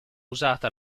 usata